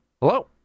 Hello